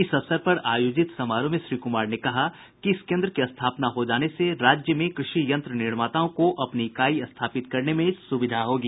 इस अवसर पर आयोजित समारोह में श्री कुमार ने कहा कि इस केन्द्र की स्थापना हो जाने से राज्य में कृषि यंत्र निर्माताओं को अपनी इकाई स्थापित करने में सुविधा होगी